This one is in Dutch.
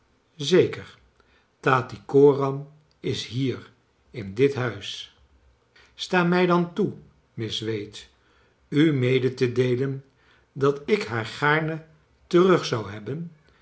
zeker tattycoram is hier in dit huis sta mij dan toe miss wade u mede te deelen dat ik haar gaarne terug zou hebben